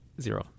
Zero